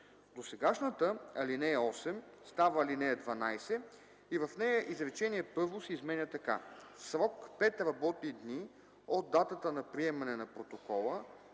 Досегашната ал. 8 става ал. 12 и в нея изречение първо се изменя така: „В срок 5 работни дни от датата на приемане на протокола,